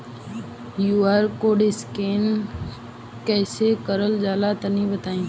QR code scan कैसे क़रल जला तनि बताई?